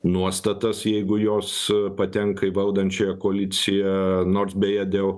nuostatas jeigu jos patenka į valdančiąją koaliciją nors beje dėl